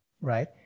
right